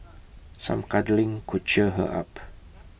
some cuddling could cheer her up